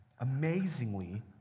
amazingly